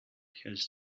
has